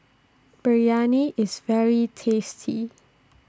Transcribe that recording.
Biryani IS very tasty